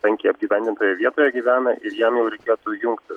tankiai apgyvendintoje vietoje gyvena ir jam jau reikėtų jungtis